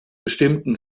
bestimmten